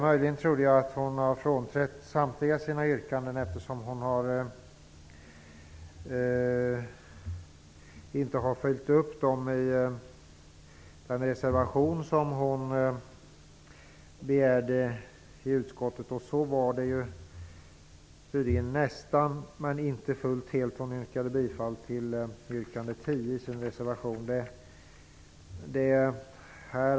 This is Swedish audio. Möjligen trodde jag att hon har frånträtt samtliga sina yrkanden, eftersom hon inte har följt upp dem i den reservation som hon begärde i utskottet, och så var det nästan men inte fullt helt. Hon yrkade bifall till yrkande 10 i sin motion.